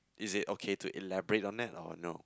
is that okay to elaborate on that or not